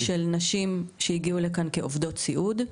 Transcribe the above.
אני יכולה להוציא נתונים של נשים שהגיעו לכאן כעובדות סיעוד,